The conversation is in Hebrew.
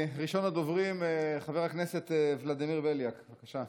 ראשון הדוברים, חבר הכנסת ולדימיר בליאק, בבקשה.